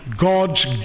God's